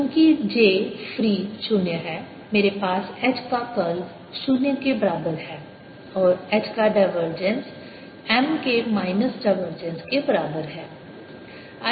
चूँकि j free 0 है मेरे पास H का कर्ल 0 के बराबर है और H का डायवर्जेंस M के माइनस डाइवर्जेंस के बराबर है